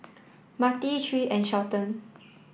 Matie Tre and Shelton